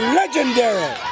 legendary